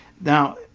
Now